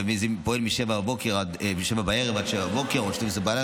וזה פועל מ-19:00 עד 07:00 או עד 24:00,